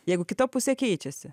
jeigu kita pusė keičiasi